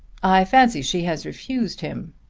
i fancy she has refused him.